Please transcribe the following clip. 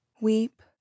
weep